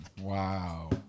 Wow